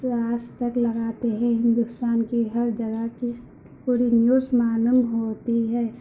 آج تک لگاتے ہیں ہندوستان کی ہر جگہ کی پوری نیوز معلوم ہوتی ہے